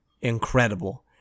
incredible